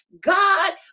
god